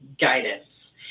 guidance